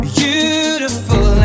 beautiful